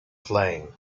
plane